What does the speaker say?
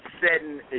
setting